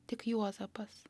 tik juozapas